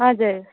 हजुर